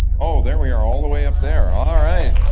oh there we are, all the way up there, all right.